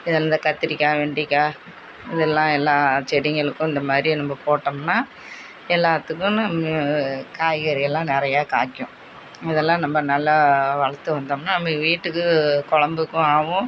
இது இந்த கத்தரிக்கா வெண்டைக்கா இதெல்லாம் எல்லாம் செடிகளுக்கும் இந்த மாதிரி நம்ம போட்டமுன்னால் எல்லாத்துக்குன்னு காய்கறி எல்லாம் நிறையா காய்க்கும் இதெல்லாம் நம்ம நல்லா வளர்த்து வந்தமுன்னால் நம்ம வீட்டுக்கு குழம்புக்கும் ஆகும்